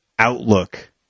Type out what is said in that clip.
Outlook